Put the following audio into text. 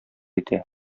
итә